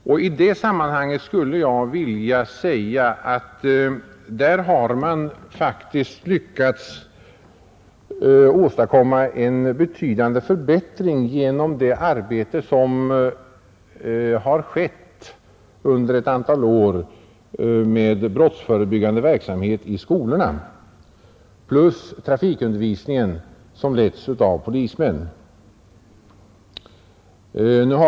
Jag skulle vilja säga att där har man faktiskt lyckats åstadkomma en betydande förbättring genom det arbete som utförts under ett antal år med brottsförebyggande verksamhet i skolorna plus den trafikundervisning som letts av polismän.